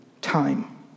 time